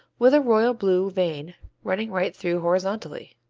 with a royal blue vein running right through horizontally.